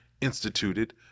instituted